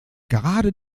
gerade